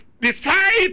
decide